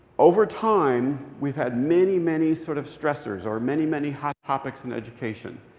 over time, we've had many, many sort of stressors, or many, many hot topics in education.